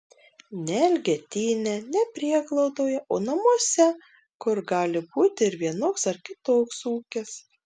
ne elgetyne ne prieglaudoje o namuose kur gali būti ir vienoks ar kitoks ūkis